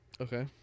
Okay